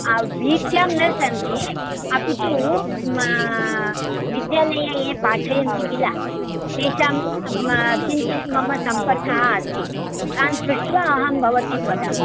वीथ्यां न सन्ति अपि तु विद्यालये ये पाठयन्ति किल तेषां किञ्चित् मम सम्पर्कः अस्ति तान् पृष्ट्वा अहं भवतीं वदामि